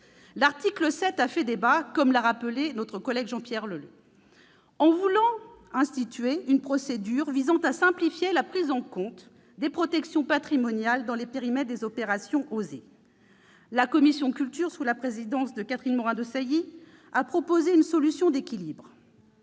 L'article 7 a fait débat, comme l'a rappelé notre collègue Jean-Pierre Leleux, en instituant une procédure visant à simplifier la prise en compte des protections patrimoniales dans le périmètre des OSER. La commission de la culture, sous la présidence de Catherine Morin-Desailly, a proposé une solution d'équilibre